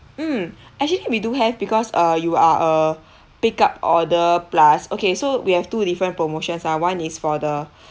mm actually we do have because uh you are a pick up order plus okay so we have two different promotions ah one is for the